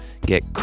Get